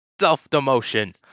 self-demotion